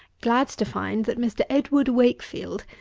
glad to find, that mr. edward wakefield,